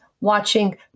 watching